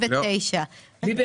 אנחנו בסעיף 5(2). אנחנו בחישוב הלינארי.